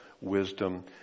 wisdom